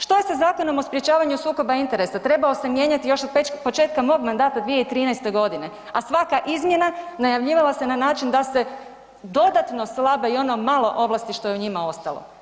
Što je sa Zakonom o sprječavanju sukoba interesa trebao se mijenjati još od početka mog mandata 2013. godine, a svaka izmjena najavljivala se na način da se dodatno slabe i ono malo ovlasti što je u njima ostalo.